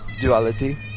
duality